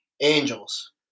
Angels